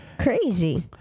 Crazy